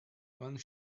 one